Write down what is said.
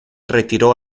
retiró